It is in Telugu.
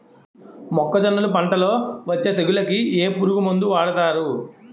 మొక్కజొన్నలు పంట లొ వచ్చే తెగులకి ఏ పురుగు మందు వాడతారు?